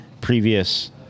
previous